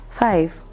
five